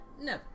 no